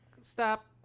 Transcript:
Stop